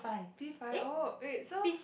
give five oh wait so